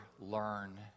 learn